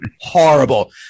horrible